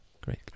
great